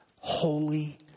holy